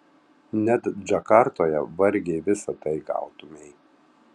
net džakartoje vargiai visa tai gautumei